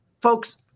folks